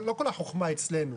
לא כל החכמה אצלנו.